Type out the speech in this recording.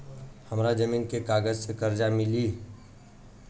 हमरा जमीन के कागज से कर्जा कैसे मिली?